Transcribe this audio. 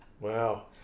Wow